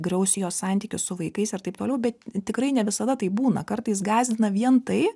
griaus jos santykius su vaikais ir taip toliau bet tikrai ne visada taip būna kartais gąsdina vien tai